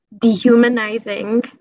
dehumanizing